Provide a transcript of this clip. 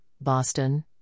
Boston